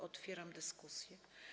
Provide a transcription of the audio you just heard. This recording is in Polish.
Otwieram dyskusję.